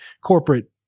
corporate